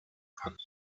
packt